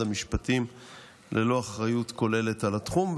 המשפטים ללא אחריות כוללת על התחום,